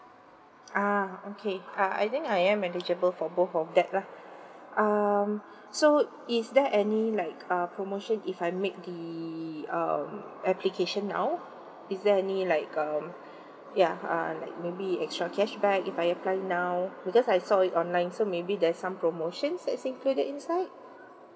ah okay uh I think I am eligible for both of that lah um so is there any like uh promotion if I make the uh application now is there any like um ya uh like maybe extra cashback if I apply now because I saw it online so maybe there's some promotions that's included inside